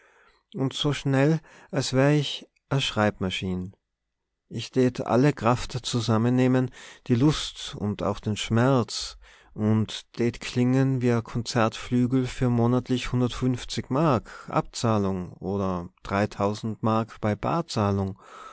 und so schnell als wär ich e schreibmaschin ich tät alle kraft zusammennehmen die lust und auch den schmerz und tät klingen wie e konzertflügel für monatlich hundertfünfzig mark abzahlung oder dreitausend mark bei